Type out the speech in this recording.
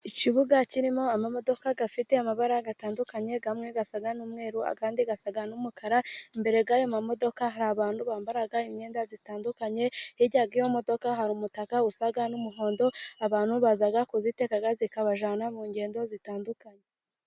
Ikibuga kirimo amamodoka afite amabara gatandukanye. Amwe asa n'umweru andi asa n'umukara. Imbere yayo mamodoka hari abantu bambaye imyenda itandukanye. Hirya y'iyo modoka hari umutaka usa n'umuhondo abantu baza kuziteka zikabajyana mu ngendo zitandukanye.